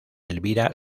elvira